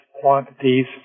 quantities